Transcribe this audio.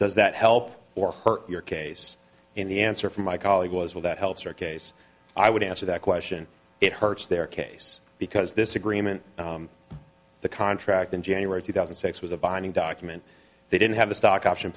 does that help or hurt your case in the answer from my colleague was will that help her case i would answer that question it hurts their case because this agreement the contract in january two thousand and six was a binding document they didn't have a stock option